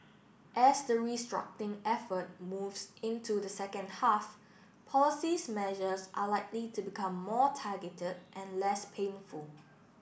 as the restructuring effort moves into the second half policies measures are likely to become more targeted and less painful